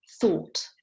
thought